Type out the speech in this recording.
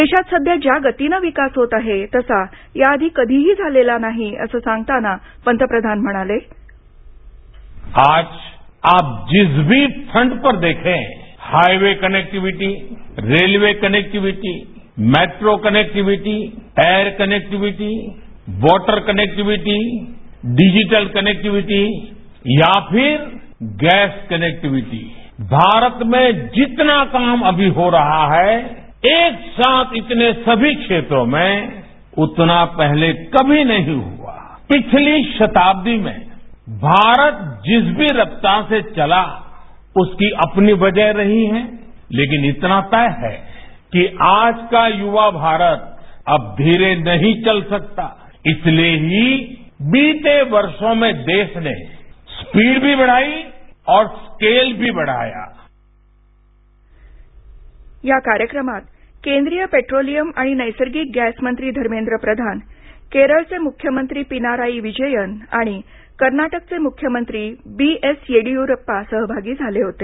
देशात सध्या ज्या गतीनं विकास होत आहे तसा याआधी कधीही झालेला नाही असं सांगताना पंतप्रधान म्हणाले ध्वनी आज आप जिस भी फ्रंट पर देखे highway connectivity railway connectivity metro connectivity air connectivity water connectivity digital connectivity या फिर गैस कनेक्टिविटी भारत में जितना काम अभी हो रहा है एक साथ इतने सभी क्षेत्रो में उतना पहले कभी नहीं हुआ पिछली शताब्दी में भारत जिस भी रफ्तार से चला उसकी अपनी वजह रही है लेकिन इतना तय है कि आज का युवा भारत अब धीरे नहीं चल सकता इसलिए भी बीते वर्षों में देश ने स्पीड भी बढ़ाई और स्केल भी बढ़ाया या कार्यक्रमात केंद्रीय पेट्रोलियम आणि नैसर्गिक गॅस मंत्री धर्मेंद्र प्रधान केरळचे मुख्यमंत्री पिनारायी विजयन आणि कर्नाटकचे मुख्यमंत्री बीएस येडीयुरप्पा सहभागी झाले होते